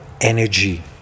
energy